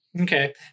Okay